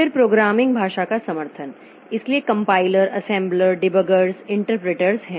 फिर प्रोग्रामिंग भाषा का समर्थन इसलिए कंपाइलर असेंबलर डिबगर्स इंटरप्रेटर्स हैं